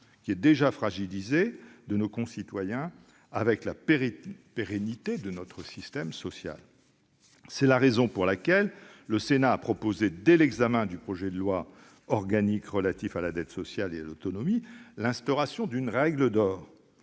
déjà fragilisée, de nos concitoyens dans la pérennité de notre système social. C'est la raison pour laquelle le Sénat a proposé, dès l'examen du projet de loi organique relatif à la dette sociale et à l'autonomie, l'instauration d'une règle d'or.